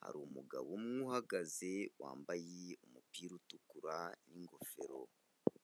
hari umugabo umwe uhagaze wambaye umupira utukura n'ingofero.